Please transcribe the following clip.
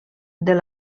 del